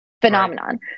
phenomenon